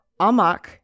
Amak